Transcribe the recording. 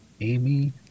Amy